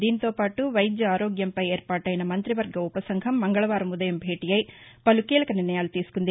దీంతోపాటు వైద్య ఆరోగ్యంపై ఏర్పాటెన మంతివర్గ ఉపసంఘం మంగళవారం ఉదయం భేటీ అయి పలు కీలక నిర్ణయాలు తీసుకుంది